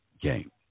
game